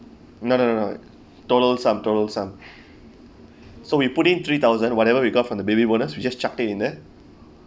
no no no total sum total sum so we put in three thousand whatever we got from the baby bonus we just chuck it in there